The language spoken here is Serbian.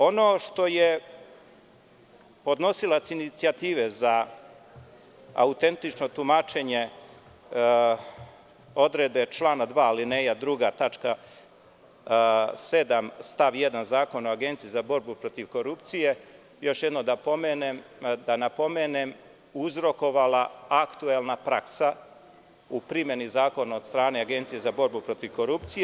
Ono što je podnosilac inicijative za autentično tumačenje odredbe člana 2. alineja 2. tačka 7. stav 1. Zakona o Agenciji za borbu protiv korupcije, još jednom da napomenem, uzrokovala aktuelna praksa u primeni zakona od strane Agencije za borbu protiv korupcije.